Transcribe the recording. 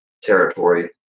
territory